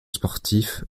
sportif